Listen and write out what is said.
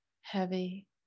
heavy